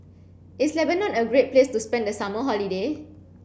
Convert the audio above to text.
is Lebanon a great place to spend the summer holiday